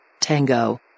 Tango